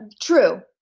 True